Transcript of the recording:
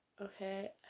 okay